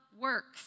works